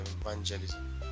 evangelism